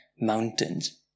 mountains